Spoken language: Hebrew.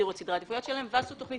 הגדירו את סדרי העדיפויות שלהן ועשו תוכנית